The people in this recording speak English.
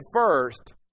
first